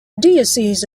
diocese